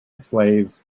slaves